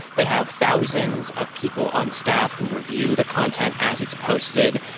they have thousands of people on staff who review the content as it's posted.